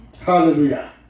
Hallelujah